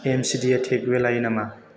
एमचिडिया टेकवे लायो नामा